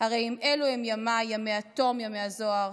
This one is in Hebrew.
הרי אם אלו הם ימיי / ימי התום ימי הזוהר,